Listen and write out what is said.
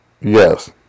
yes